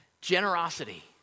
Generosity